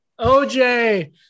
OJ